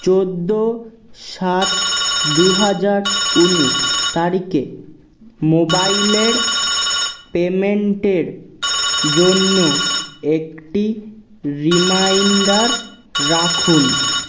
চোদ্দ সাত দু হাজার উনিশ তারিখে মোবাইলের পেমেন্টের জন্য একটি রিমাইন্ডার রাখুন